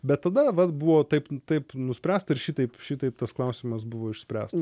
bet tada vat buvo taip taip nuspręsta ir šitaip šitaip tas klausimas buvo išspręstas